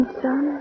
son